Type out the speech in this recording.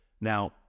Now